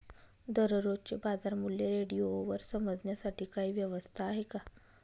दररोजचे बाजारमूल्य रेडिओवर समजण्यासाठी काही व्यवस्था आहे का?